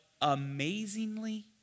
amazingly